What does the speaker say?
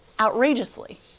outrageously